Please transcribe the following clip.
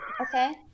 Okay